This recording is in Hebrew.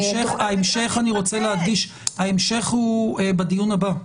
ההמשך, אני רוצה להדגיש, הוא בדיון הבא.